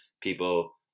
people